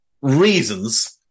reasons